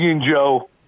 Joe